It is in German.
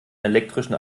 elektrischen